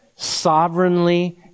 Sovereignly